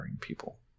people